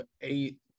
eight